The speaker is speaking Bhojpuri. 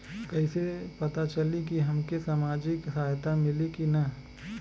कइसे से पता चली की हमके सामाजिक सहायता मिली की ना?